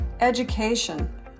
education